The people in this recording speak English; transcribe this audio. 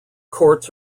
courts